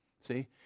See